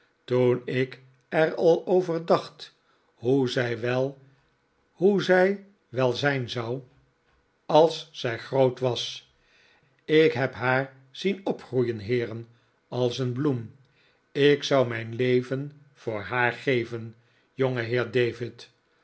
toen ik er al over dacht hoe zij wel zijn zou als zij groot was ik heb haar zien opgroeien heeren als een bloem ik zou mijn leven voor haar geven